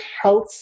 health